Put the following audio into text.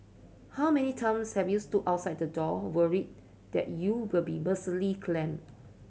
how many times have you stood outside the door worried that you'll be mercilessly clamped